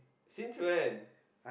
since when